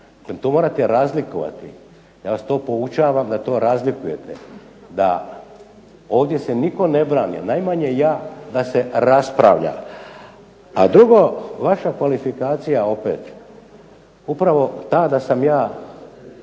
To morate razlikovati. Ja vas to poučavam da to razlikujete. Da ovdje se nitko ne brani, najmanje ja da se raspravlja. A drugo, vaša kvalifikacija opet upravo ta da sam ja